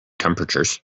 temperatures